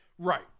Right